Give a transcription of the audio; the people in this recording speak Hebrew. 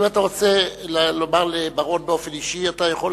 אם אתה רוצה לומר לבר-און באופן אישי אתה יכול,